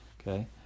okay